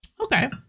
Okay